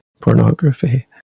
pornography